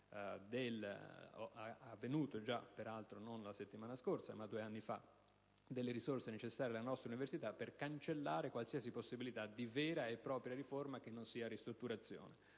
già avvenuto, non la settimana scorsa, ma due anni fa - delle risorse necessarie alle nostre università per cancellare qualsiasi possibilità di una vera e propria riforma che non sia una ristrutturazione.